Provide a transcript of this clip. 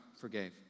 forgave